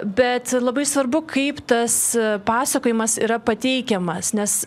bet labai svarbu kaip tas pasakojimas yra pateikiamas nes